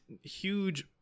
huge